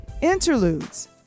Interludes